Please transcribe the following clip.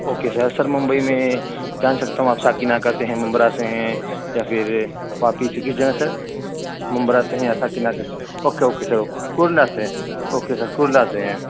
okay sir sir Mumbai میں جان سکتا ہوں آپ ساکیناکہ سے ہیں ممبرا سے ہیں یا پھر واپی سے کس جگہ سر ممبرا سے ہیں یا Sakinaka okay okay sir okay Kurla سے اوکے سر کرلا سے ہیں